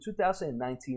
2019